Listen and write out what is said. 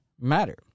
matter